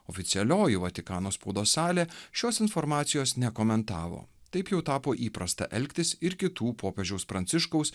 oficialioji vatikano spaudos salė šios informacijos nekomentavo taip jau tapo įprasta elgtis ir kitų popiežiaus pranciškaus